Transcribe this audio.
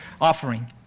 offering